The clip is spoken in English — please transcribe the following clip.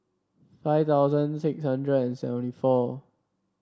five thousand six hundred and seventy four